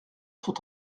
sont